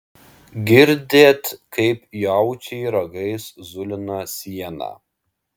girdėt kaip jaučiai ragais zulina sieną